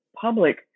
public